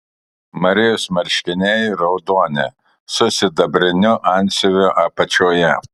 marijos marškiniai raudoni su sidabriniu antsiuvu apačioje